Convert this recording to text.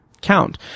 count